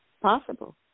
Possible